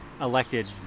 elected